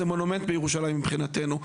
זה מונומנט בירושלים מבחינתנו,